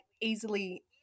easily